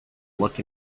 look